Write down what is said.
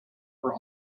for